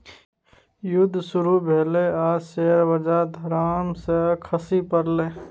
जुद्ध शुरू भेलै आ शेयर बजार धड़ाम सँ खसि पड़लै